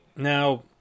Now